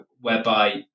whereby